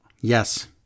Yes